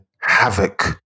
havoc